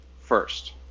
first